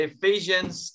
Ephesians